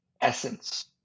essence